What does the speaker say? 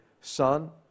son